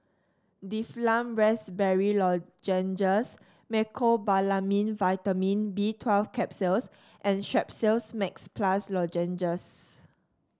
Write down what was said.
Difflam Raspberry Lozenges Mecobalamin Vitamin B Twelve Capsules and Strepsils Max Plus Lozenges